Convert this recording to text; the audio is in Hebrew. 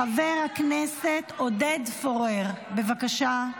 חבר הכנסת עודד פורר, בבקשה.